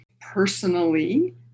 personally